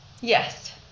Yes